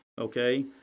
okay